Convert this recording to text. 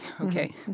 Okay